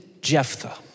Jephthah